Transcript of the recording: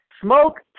smoke